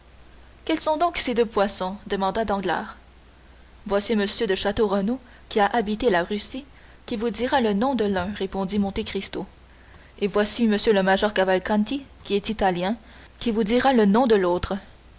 quels sont donc ces deux poissons demanda danglars voici m de château renaud qui a habité la russie qui vous dira le nom de l'un répondit monte cristo et voici m le major cavalcanti qui est italien qui vous dira le nom de l'autre